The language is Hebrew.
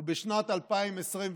ובשנת 2021,